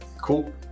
cool